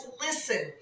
listen